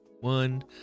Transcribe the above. one